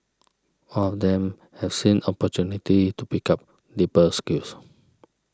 all of them have seen opportunity to pick up deeper skills